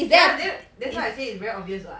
ya then that's why I say it's very obvious [what]